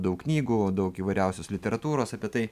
daug knygų daug įvairiausios literatūros apie tai